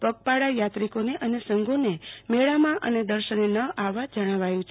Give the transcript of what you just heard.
પગપાળા થાત્રિકોને અને સંઘોને મેળામાં અને દર્શને ન આવવા જણોવાયુ છે